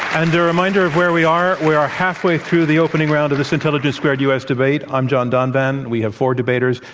and reminder of where we are. we are halfway through the opening round of this intelligence squared u. s. debate. i'm john donvan. we have four debaters,